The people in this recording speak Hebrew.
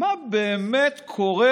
מה באמת קורה